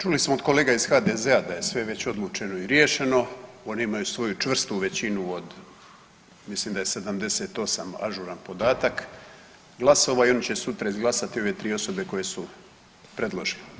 Čuli smo od kolega iz HDZ-a da je sve već odlučeno i riješeno, oni imaju svoju čvrstu većinu od mislim da je 78 ažuran podatak glasova i oni će sutra izglasati ove tri osobe koje su predložene.